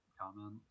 comment